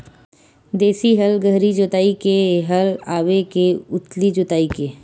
देशी हल गहरी जोताई के हल आवे के उथली जोताई के?